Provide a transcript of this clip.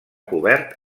cobert